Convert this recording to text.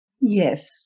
Yes